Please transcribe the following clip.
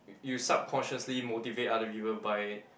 y~ you subconsciously motivate other people by